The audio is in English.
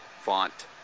font